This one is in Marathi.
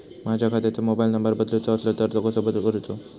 माझ्या खात्याचो मोबाईल नंबर बदलुचो असलो तर तो कसो करूचो?